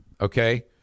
Okay